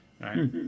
right